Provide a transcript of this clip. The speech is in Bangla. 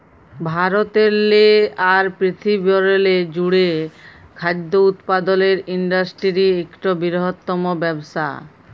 ভারতেরলে আর পিরথিবিরলে জ্যুড়ে খাদ্য উৎপাদলের ইন্ডাসটিরি ইকট বিরহত্তম ব্যবসা